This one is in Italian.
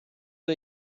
the